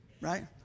right